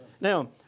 Now